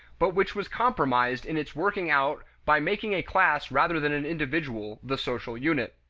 but which was compromised in its working out by making a class rather than an individual the social unit.